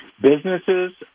Businesses